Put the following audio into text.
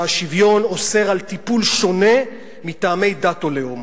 שהשוויון אוסר טיפול שונה מטעמי דת או לאום.